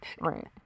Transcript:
Right